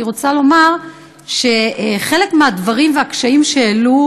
אני רוצה לומר שחלק מהדברים והקשיים שהעלו